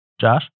Josh